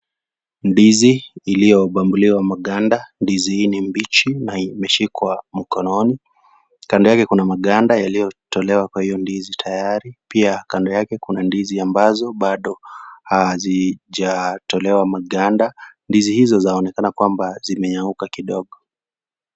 Ndizi iliyobambuliwa maganda, ndizi hii ni mbichi na imeshikwa mkononi, kando yake kuna maganda yaliyotolewa kwa hio ndizi tayari, pia kando yake kuna ndizi ambazo bado hazijatolewa maganda. Ndizi hizo zaonekana kwamba zimeyauka kidogo.